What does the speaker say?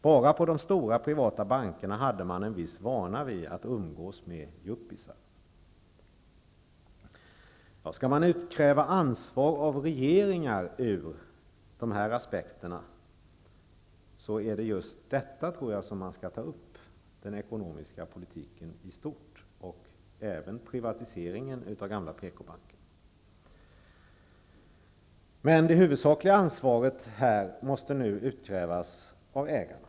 Bara på de stora privata bankerna hade man en viss vana när det gällde att umgås med s.k. yuppisar. Skall man utkräva ansvar av regeringar från dessa aspekter, tror jag att det gäller just den ekonomiska politiken i stort. Det gäller även privatiseringen av gamla PKbanken. Det huvusakliga ansvaret här måste utkrävas av ägarna.